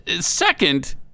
Second